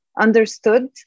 understood